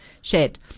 shed